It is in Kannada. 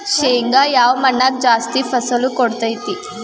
ಶೇಂಗಾ ಯಾವ ಮಣ್ಣಾಗ ಜಾಸ್ತಿ ಫಸಲು ಕೊಡುತೈತಿ?